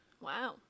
Wow